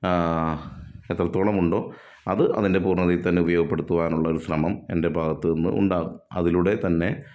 എത്രത്തോളം ഉണ്ടോ അത് അതിൻ്റെ പൂർണ്ണതയിൽ തന്നെ ഉപയോഗപ്പെടുത്തുവാനുള്ള ഒരു ശ്രമം എൻ്റെ ഭാഗത്ത് നിന്നും ഉണ്ടാവും അതിലൂടെ തന്നെ